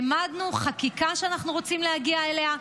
העמדנו חקיקה שאנחנו רוצים להגיע אליה,